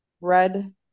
red